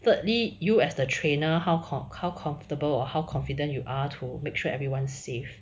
thirdly you as the trainer how com how comfortable or how confident you are to make sure everyone safe